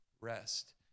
rest